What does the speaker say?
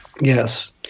Yes